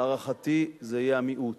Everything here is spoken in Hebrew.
להערכתי, זה יהיה המיעוט.